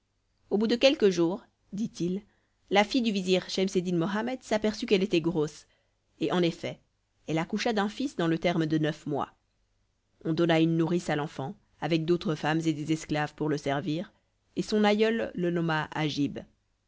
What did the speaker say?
au bout de quelques jours dit-il la fille du vizir schemseddin mohammed s'aperçut qu'elle était grosse et en effet elle accoucha d'un fils dans le terme de neuf mois on donna une nourrice à l'enfant avec d'autres femmes et des esclaves pour le servir et son aïeul le nomma agib